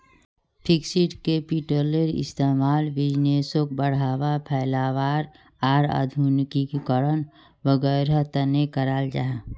fixed कैपिटलेर इस्तेमाल बिज़नेसोक बढ़ावा, फैलावार आर आधुनिकीकरण वागैरहर तने कराल जाहा